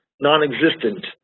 non-existent